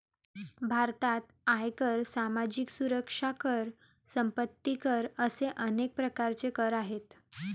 भारतात आयकर, सामाजिक सुरक्षा कर, संपत्ती कर असे अनेक प्रकारचे कर आहेत